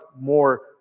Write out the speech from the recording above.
more